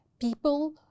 People